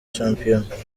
shampiyona